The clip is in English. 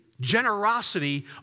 generosity